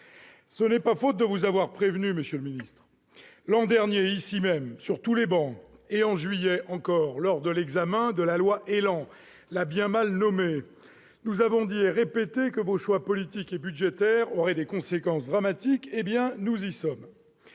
Ce n'est pas faute de vous avoir prévenu, monsieur le ministre. L'an dernier, ici même, sur toutes les travées, et en juillet encore, lors de l'examen de la loi ÉLAN, la bien mal nommée, nous avons dit et répété que vos choix politiques et budgétaires auraient des conséquences dramatiques. Nous y sommes